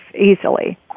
easily